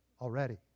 already